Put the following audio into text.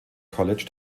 college